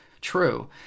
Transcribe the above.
true